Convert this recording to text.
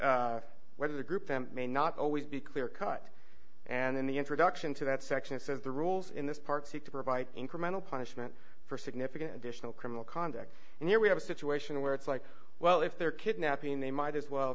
weather the group may not always be clear cut and in the introduction to that section it says the rules in this park seek to provide incremental punishment for significant additional criminal conduct and here we have a situation where it's like well if they're kidnapping they might as well